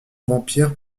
vampire